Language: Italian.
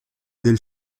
del